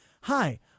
hi